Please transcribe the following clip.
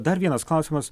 dar vienas klausimas